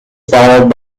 followed